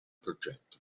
progetto